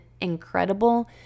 incredible